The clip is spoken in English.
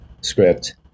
script